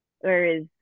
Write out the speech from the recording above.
whereas